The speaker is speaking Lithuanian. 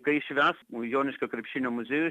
kai švęs joniškio krepšinio muziejus